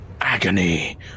Agony